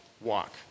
walk